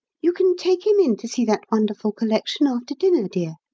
you can take him in to see that wonderful collection after dinner, dear.